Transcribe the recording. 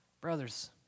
Brothers